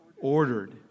Ordered